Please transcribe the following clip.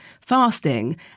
fasting